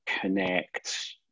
connect